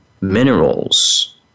minerals